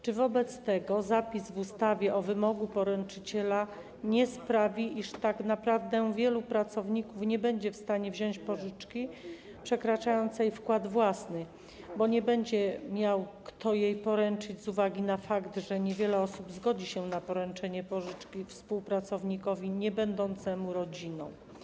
Czy wobec tego zapis w ustawie o wymogu poręczyciela nie sprawi, iż tak naprawdę wielu pracowników nie będzie w stanie wziąć pożyczki przekraczającej wkład własny, bo nie będzie miał kto jej poręczyć z uwagi na fakt, że niewiele osób zgodzi się na poręczenie pożyczki współpracownikowi niebędącemu rodziną?